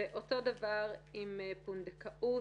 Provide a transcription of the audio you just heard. זה אותו דבר עם פונדקאות.